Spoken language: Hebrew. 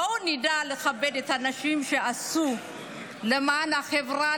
בואו נדע לכבד את האנשים שעשו למען החברה,